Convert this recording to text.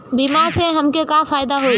बीमा से हमके का फायदा होई?